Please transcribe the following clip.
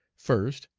first.